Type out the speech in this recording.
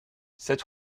sept